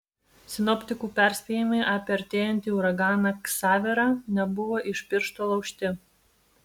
sinoptikų perspėjimai apie artėjantį uraganą ksaverą nebuvo iš piršto laužti